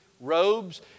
robes